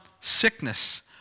sickness